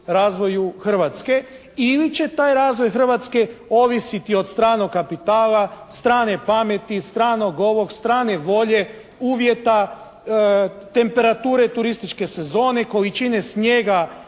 razvoju Hrvatske ili će taj razvoj Hrvatske ovisiti od stranog kapitala, strane pameti, stranog ovog, strane volje, uvjeta, temperature turističke sezone, količine snijega